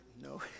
No